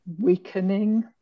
weakening